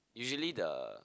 usually the